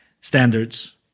standards